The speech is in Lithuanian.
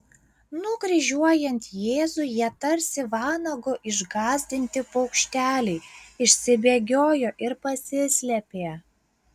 nukryžiuojant jėzų jie tarsi vanago išgąsdinti paukšteliai išsibėgiojo ir pasislėpė